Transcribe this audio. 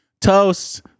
Toast